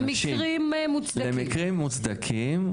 במקרים מוצדקים.